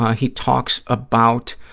he talks about